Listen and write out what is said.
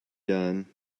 done